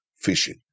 fishing